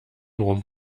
rum